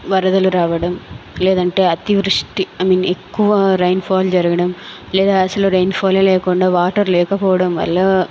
వరదలు రావడం లేదంటే అతివృష్టి ఐ మీన్ ఎక్కువ రెయిన్ ఫాల్ జరగడం లేదా అసలు రెయిన్ ఫాల్ ఏ లేకుండా వాటర్ లేకపోవడం వల్ల